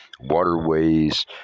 waterways